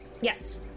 Yes